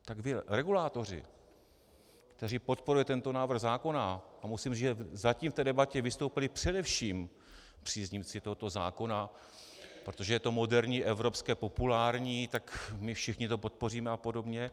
Tak by regulátoři, kteří podporují tento návrh zákona a musím říct, že zatím v debatě vystoupili především příznivci tohoto zákona, protože je to moderní, evropské, populární, tak my všichni to podpoříme apod.